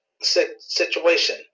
situation